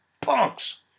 punks